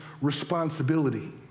responsibility